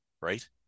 right